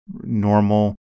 normal